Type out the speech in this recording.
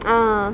ah